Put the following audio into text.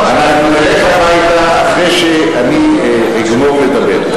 אנחנו נלך הביתה אחרי שאני אגמור לדבר.